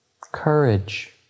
courage